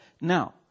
Now